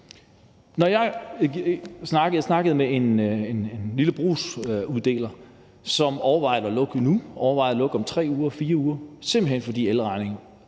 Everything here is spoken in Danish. brugsuddeler fra en lille brugs, som overvejer at lukke nu, overvejer at lukke om 3 eller 4 uger, simpelt hen fordi elregningen